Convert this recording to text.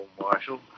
Marshal